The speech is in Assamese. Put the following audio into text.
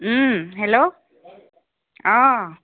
হেল্ল' অঁ